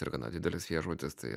ir gana didelis viešbutis tai